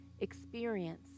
experience